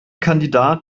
kandidat